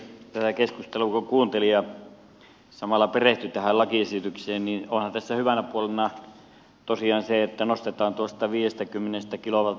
tätä keskustelua kun kuunteli ja samalla perehtyi tähän lakiesitykseen niin onhan tässä hyvänä puolena tosiaan se että nostetaan tuosta viidestäkymmenestä kiloa